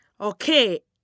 Okay